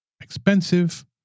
expensive